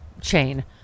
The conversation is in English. chain